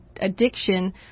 addiction